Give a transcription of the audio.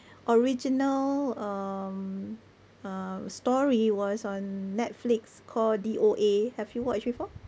original um uh story was on Netflix call D_O_A have you watched before